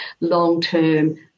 long-term